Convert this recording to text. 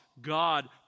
God